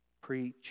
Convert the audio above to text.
Preach